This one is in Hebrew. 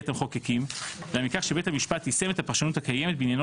את המחוקקים אלא מכך שבית המשפט יישם את הפרשנות הקיימת בעניינו